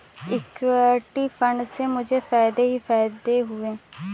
equity fund से मुझे फ़ायदे ही फ़ायदे हुए हैं